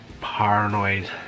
paranoid